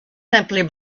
simply